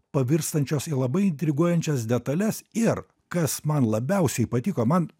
pavirstančios į labai intriguojančias detales ir kas man labiausiai patiko man